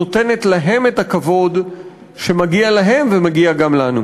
נותנת להם את הכבוד שמגיע להם ומגיע גם לנו.